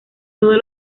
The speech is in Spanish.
todos